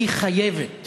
והיא חייבת